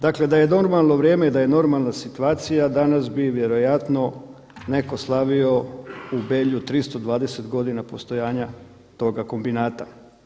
Dakle, da je normalno vrijeme, da je normalna situacija danas bi vjerojatno netko slavio u Belju 320 godina postojanja toga kombinata.